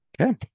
Okay